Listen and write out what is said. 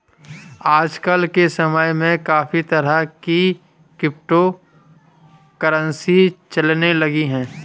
आज के समय में काफी तरह की क्रिप्टो करंसी चलने लगी है